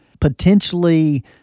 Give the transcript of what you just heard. potentially